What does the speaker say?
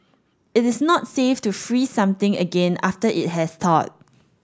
it is not safe to freeze something again after it has thawed